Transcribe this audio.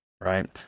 right